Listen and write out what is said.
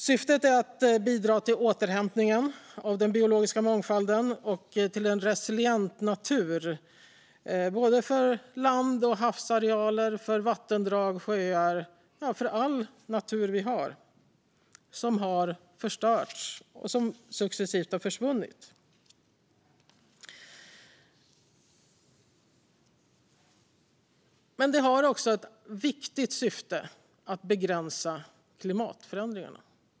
Syftet är att bidra till återhämtningen av den biologiska mångfalden och till en resilient natur för både land och havsarealer, för vattendrag och sjöar, ja för all natur vi har som har förstörts och successivt har försvunnit. Men den har också ett viktigt syfte, att begränsa klimatförändringarna.